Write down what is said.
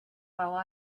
while